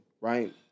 right